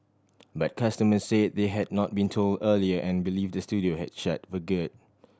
but customers said they had not been told earlier and believe the studio has shut for good